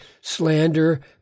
slander